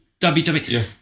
WWE